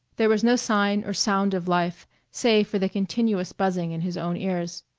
there was no sign or sound of life save for the continuous buzzing in his own ears,